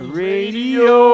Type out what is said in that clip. radio